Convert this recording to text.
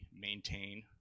maintain